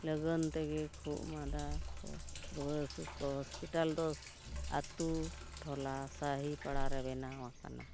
ᱞᱟᱹᱜᱤᱫ ᱛᱮᱜᱮ ᱠᱷᱩᱜ ᱢᱟᱸᱫᱟ ᱨᱩᱣᱟᱹ ᱦᱟᱹᱥᱩᱠᱚ ᱦᱚᱸᱥᱯᱤᱴᱟᱞ ᱫᱚ ᱟᱛᱳ ᱴᱚᱞᱟ ᱥᱟᱹᱦᱤ ᱯᱟᱲᱟ ᱨᱮ ᱵᱮᱱᱟᱣ ᱟᱠᱟᱱᱟ